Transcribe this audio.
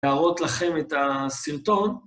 להראות לכם את הסרטון.